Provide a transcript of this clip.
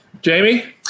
jamie